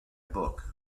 book